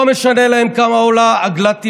לא משנה כמה עולה עגלת תינוקות.